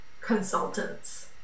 consultants